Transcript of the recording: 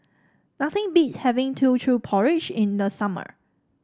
nothing beats having Teochew Porridge in the summer